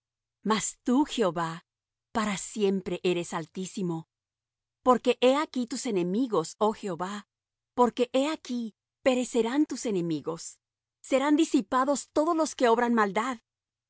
mas tú jehová para siempre eres altísimo porque he aquí tus enemigos oh jehová porque he aquí perecerán tus enemigos serán disipados todos los que obran maldad